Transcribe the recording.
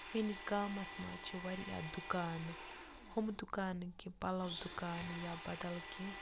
میٲنِس گامَس منٛز چھِ واریاہ دُکانہٕ ہُم دُکانہٕ نہٕ کینٛہہ پَلو دُکان یا بدل کیٚنہہ